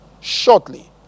shortly